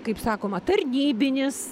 kaip sakoma tarnybinis